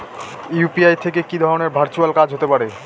UPI থেকে কি ধরণের ভার্চুয়াল কাজ হতে পারে?